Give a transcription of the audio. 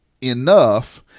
enough